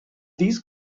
these